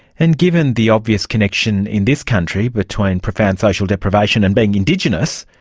and given the obvious connection in this country between profound social deprivation and being indigenous,